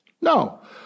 No